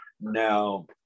Now